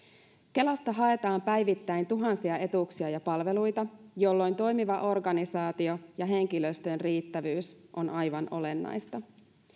kelasta haetaan päivittäin tuhansia etuuksia ja palveluita jolloin toimiva organisaatio ja henkilöstön riittävyys on aivan olennaista